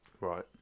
Right